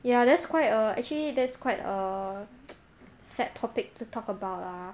ya that's quite a actually there's quite a sad topic to talk about ah